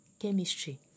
Chemistry